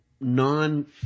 non